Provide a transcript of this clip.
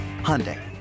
Hyundai